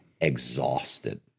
exhausted